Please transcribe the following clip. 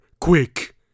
quick